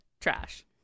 Trash